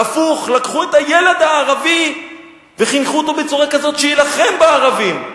והפוך: לקחו את הילד הערבי וחינכו אותו בצורה כזאת שיילחם בערבים.